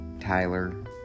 Tyler